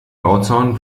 bauzaun